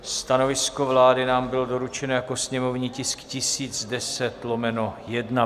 Stanovisko vlády nám bylo doručeno jako sněmovní tisk 1010/1.